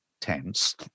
tense